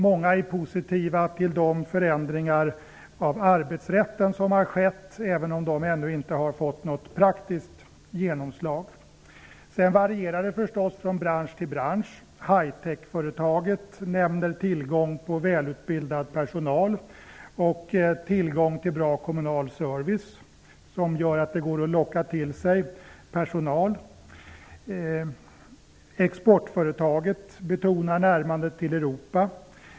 Många är positiva till de förändringar av arbetsrätten som har skett, även om de ännu inte har fått något praktiskt genomslag. Sedan varierar det förstår från bransch till bransch. High-tech-företaget nämner tillgången på välutbildad personal och tillgången till bra kommunal service som gör att det går att locka till sig personal. Exportföretaget betonar närmandet till Europa.